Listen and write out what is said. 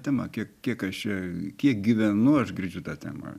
tema kiek kiek aš čia kiek gyvenu aš girdžiu tą temą